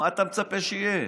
מה אתה מצפה שיהיה?